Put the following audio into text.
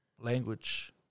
Language